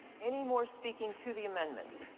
any more speaking to the amendment?